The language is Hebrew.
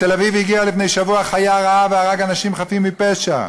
בתל-אביב הגיע לפני שבוע חיה רעה והרג אנשים חפים מפשע.